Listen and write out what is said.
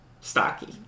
Stocky